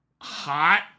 hot